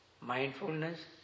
mindfulness